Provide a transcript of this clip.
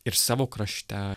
ir savo krašte